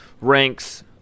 Ranks